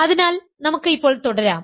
അതിനാൽ നമുക്ക് ഇപ്പോൾ തുടരാം